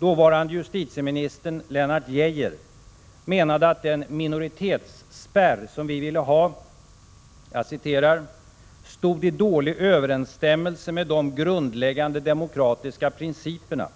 Dåvarande justitieministern Lennart Geijer menade att den minoritetsspärr vi ville ha ”stodi dålig överensstämmelse med de grundläggande demokratiska principerna”,